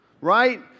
right